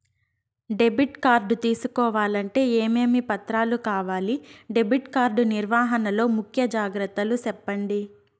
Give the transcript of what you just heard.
Debit card తీసుకోవాలంటే ఏమేమి పత్రాలు కావాలి? డెబిట్ కార్డు నిర్వహణ లో ముఖ్య జాగ్రత్తలు సెప్పండి?